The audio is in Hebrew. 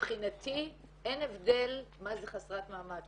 מבחינתי אין הבדל מה זה חסרת מעמד,